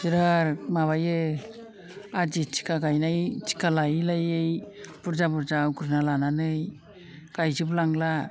बिराद माबायो आदि थिखा गायनाय थिखा लायै लायै बुरजा बुरजा गुरना लानानै गायजोबलांला